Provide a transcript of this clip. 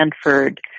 Stanford